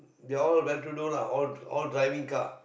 they're all well to do lah all all driving car